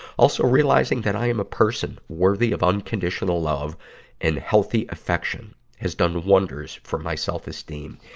also, realizing that i am a person worthy of unconditional love and healthy affection has done wonders for my self-esteem.